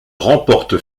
remporte